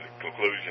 conclusion